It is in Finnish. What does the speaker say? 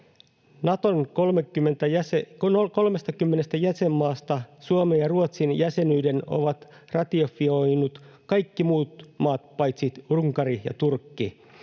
Naton 30 jäsenmaasta Suomen ja Ruotsin jäsenyyden ovat ratifioineet kaikki muut maat paitsi Unkari ja Turkki.